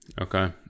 Okay